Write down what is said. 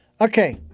okay